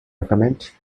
recommend